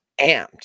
amped